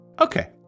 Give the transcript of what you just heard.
Okay